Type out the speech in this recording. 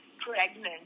pregnant